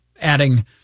adding